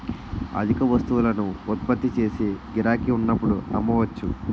అధిక వస్తువులను ఉత్పత్తి చేసి గిరాకీ ఉన్నప్పుడు అమ్మవచ్చు